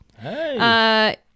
Hey